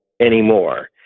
anymore